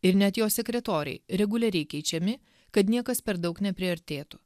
ir net jo sekretoriai reguliariai keičiami kad niekas per daug nepriartėtų